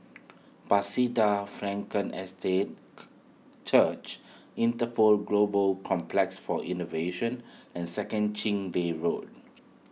Bethesda Frankel Estate Church Interpol Global Complex for Innovation and Second Chin Bee Road